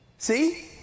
See